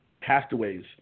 castaways